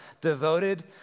devoted